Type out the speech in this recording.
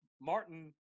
Martin